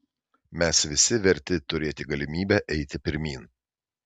mes visi verti turėti galimybę eiti pirmyn